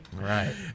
Right